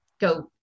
go